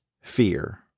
fear